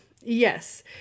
yes